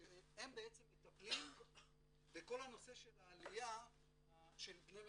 שהם בעצם מטפלים בכל הנושא של העלייה של בני מנשה.